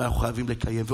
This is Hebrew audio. ואנחנו חייבים לקיים.